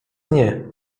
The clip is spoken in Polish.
nie